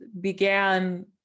began